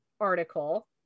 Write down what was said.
article